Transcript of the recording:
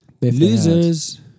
Losers